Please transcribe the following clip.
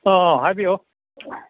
ꯍꯥꯏꯕꯤꯌꯣ